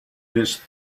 this